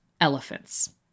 elephants